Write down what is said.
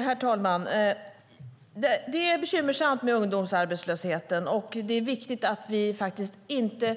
Herr talman! Det är bekymmersamt med ungdomsarbetslösheten, och det är viktigt att vi inte